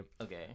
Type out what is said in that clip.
Okay